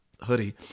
hoodie